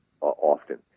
often